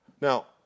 Now